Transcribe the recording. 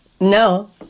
No